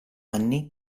anni